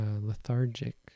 lethargic